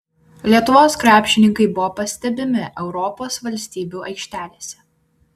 lietuvos krepšininkai buvo pastebimi europos valstybių aikštelėse